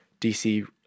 DC